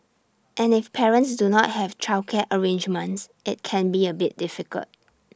and if parents do not have childcare arrangements IT can be A bit difficult